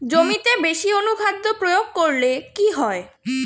জমিতে বেশি অনুখাদ্য প্রয়োগ করলে কি হয়?